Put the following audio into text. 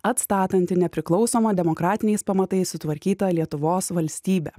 atstatanti nepriklausomą demokratiniais pamatais sutvarkytą lietuvos valstybę